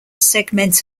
segment